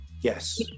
yes